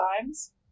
times